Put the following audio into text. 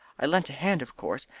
i lent a hand, of course,